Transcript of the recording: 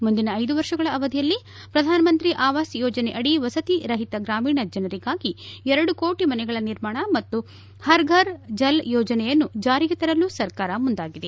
ಮುಂದಿನ ಐದು ವರ್ಷಗಳ ಅವಧಿಯಲ್ಲಿ ಪ್ರಧಾನಮಂತ್ರಿ ಆವಾಸ್ ಯೋಜನೆಯಡಿ ವಸತಿ ರಹಿತ ಗ್ರಾಮೀಣ ಜನರಿಗಾಗಿ ಎರಡು ಕೋಟಿ ಮನೆಗಳ ನಿರ್ಮಾಣ ಮತ್ತು ಪರ್ ಫರ್ ಜಲ್ ಯೋಜನೆಯನ್ನು ಜಾರಿಗೆ ತರಲು ಸರ್ಕಾರ ಮುಂದಾಗಿದೆ